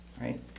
right